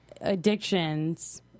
addictions